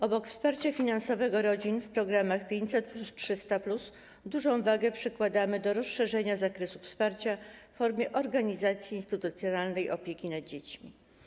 Obok wsparcia finansowego rodzin w programach 500+, 300+ dużą wagę przykładamy do rozszerzenia zakresu wsparcia w formie organizacji instytucjonalnej opieki nad dziećmi.